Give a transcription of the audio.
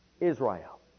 Israel